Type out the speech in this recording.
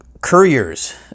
couriers